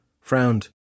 frowned